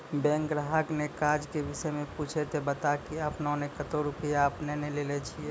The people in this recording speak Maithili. बैंक ग्राहक ने काज के विषय मे पुछे ते बता की आपने ने कतो रुपिया आपने ने लेने छिए?